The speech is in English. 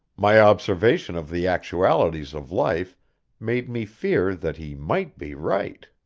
my observation of the actualities of life made me fear that he might be right.